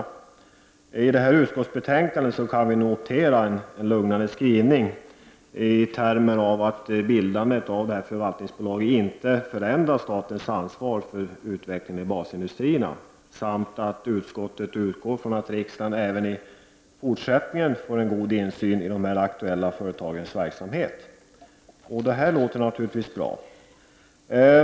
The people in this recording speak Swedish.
I utskottsbetänkandet kan vi notera en lugnande skrivning. Det står bl.a. att bildandet av förvaltningsbolaget inte förändrar statens ansvar för utvecklingen i basindustrierna och att utskottet utgår från att riksdagen även i fortsättningen får god insyn i de aktuella företagens verksamhet. Det här låter naturligtvis bra.